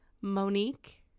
Monique